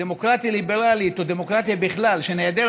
דמוקרטיה ליברלית או דמוקרטיה בכלל שנעדרת